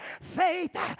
faith